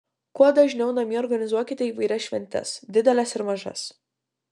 kuo dažniau namie organizuokite įvairias šventes dideles ir mažas